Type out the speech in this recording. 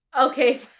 okay